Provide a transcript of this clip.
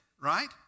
right